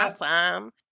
awesome